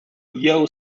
yaw